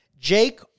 Jake